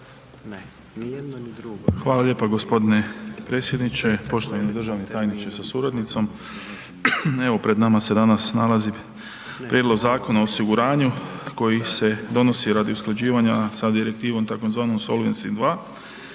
Hvala lijepo g. predsjedniče, poštovani državni tajniče sa suradnicom. Evo, pred nama se danas nalazi prijedlog zakona o osiguranju koji se donosi radi usklađivanja sa direktivom, tzv. Solvency